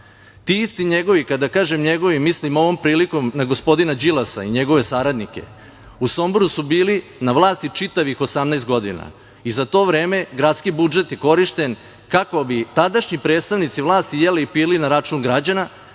Ti isti njegovi, kada kažem njegovi, mislim ovom prilikom na gospodina Đilasa i njegove saradnike, u Somboru su bili na vlasti čitavih 18 godina i za to vreme gradski budžet je korišćen kako bi tadašnji predstavnici vlasti jeli i pili na račun građana,